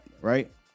right